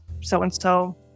so-and-so